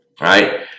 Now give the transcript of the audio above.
right